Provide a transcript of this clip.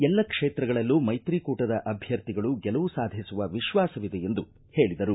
ಎಲ್ಲ ಕ್ಷೇತ್ರಗಳಲ್ಲೂ ಮೈತ್ರಿಕೂಟದ ಅಭ್ಯರ್ಥಿಗಳು ಗೆಲುವು ಸಾಧಿಸುವ ವಿಶ್ವಾಸವಿದೆ ಎಂದು ಹೇಳಿದರು